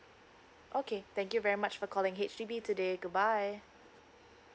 okay thank you very much for calling H_D_B today goodbye